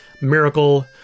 Miracle